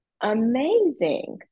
amazing